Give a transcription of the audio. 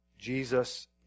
Jesus